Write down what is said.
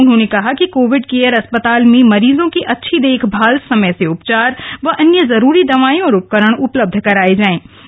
उन्होंने कहा कि कोविड केयर अस्पताल में मरीजों की अच्छी देखमाल समय से उपचार व अन्य जरूरी दवायें व उपकरण उपलब्ध कराये जांए